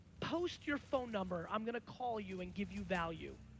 post your phone number, i'm gonna call you and give you value.